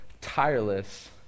tireless